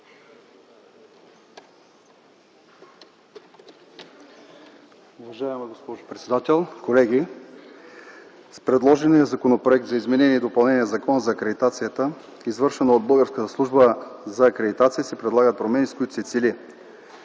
Уважаема госпожо председател, колеги! С предложения Законопроект за изменение и допълнение на Закона за акредитацията, извършвана от Българската служба за акредитация, се предлагат промени, с които се цели